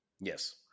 Yes